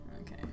Okay